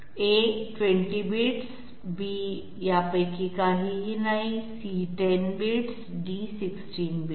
20 bits इतर यांपैकी काहीही नाही 10 बिट्स 16 बिट्स